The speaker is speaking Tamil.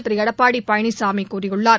திருஎடப்பாடிபழனிசாமிகூறியுள்ளார்